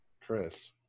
Chris